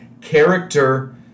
character